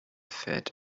fat